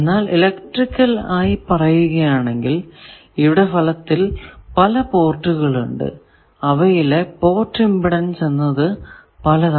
എന്നാൽ ഇലെക്ട്രിക്കൽ ആയി പറയുകയാണെങ്കിൽ ഇവിടെ ഫലത്തിൽ പല പോർട്ടുകൾ ഉണ്ട് അവയിലെ പോർട്ട് ഇമ്പിഡൻസ് എന്നത് പലതാണ്